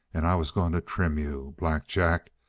and i was going to trim you. black jack,